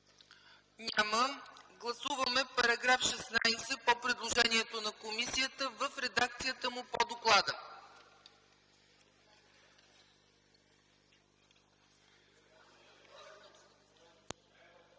Няма. Гласуваме § 16 по предложението на комисията, в редакцията му по доклада.